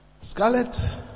Scarlet